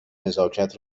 نزاکت